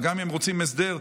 גם אם רוצים הסדר,